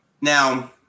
now